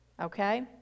Okay